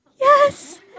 yes